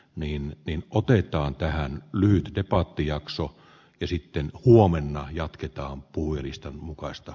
niin niin lopetetaan tähän lyhkepotti jakso ja sitten huomenna jatketaan purista mukaista